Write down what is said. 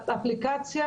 האפליקציה